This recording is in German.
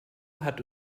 hat